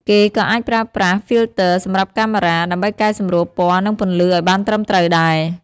គេក៏អាចប្រើប្រាស់ Filters សម្រាប់កាមេរ៉ា ដើម្បីកែសម្រួលពណ៌ និងពន្លឺឲ្យបានត្រឹមត្រូវដែរ។